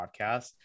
podcast